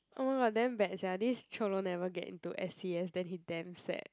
oh my god damn bad sia this Cholo never get into s_c_s then he damn sad